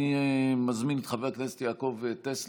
אני מזמין את חבר הכנסת יעקב טסלר,